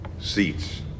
seats